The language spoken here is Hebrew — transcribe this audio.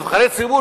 נבחרי ציבור,